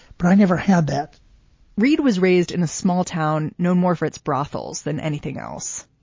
but i never had that reid was raised in a small town known more for its brothels than anything else.